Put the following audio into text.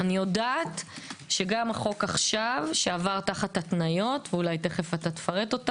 אני יודעת שגם החוק עכשיו שעבר תחת התניות ואולי תכף תפרטן,